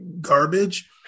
garbage